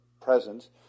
presence